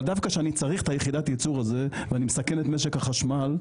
אבל דווקא כשאני צריך את יחידת הייצור הזו ואני מסכן את משק החשמל,